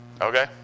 okay